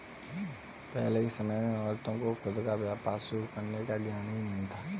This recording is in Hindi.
पहले के समय में औरतों को खुद का व्यापार शुरू करने का ज्ञान ही नहीं था